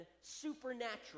supernatural